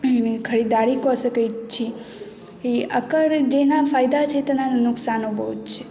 खरीददारी कऽ सकैत छी ई एकर जेना फायदा छै तेना नुकसानो बहुत छै